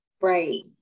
right